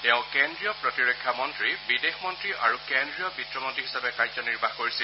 তেওঁ কেন্দ্ৰীয় প্ৰতিৰক্ষা মন্ত্ৰী বিদেশ মন্ত্ৰী আৰু কেন্দ্ৰীয় বিত্তমন্ত্ৰী হিচাপে কাৰ্যনিৰ্বাহ কৰিছিল